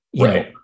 right